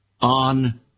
on